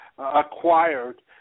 acquired